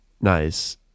Nice